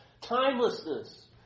timelessness